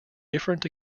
different